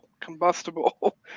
combustible